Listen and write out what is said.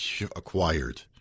acquired